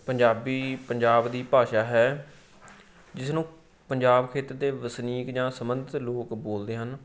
ਪੰਜਾਬੀ ਪੰਜਾਬ ਦੀ ਭਾਸ਼ਾ ਹੈ ਜਿਸਨੂੰ ਪੰਜਾਬ ਖੇਤਰ ਦੇ ਵਸਨੀਕ ਜਾਂ ਸੰਬੰਧਿਤ ਲੋਕ ਬੋਲਦੇ ਹਨ